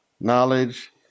knowledge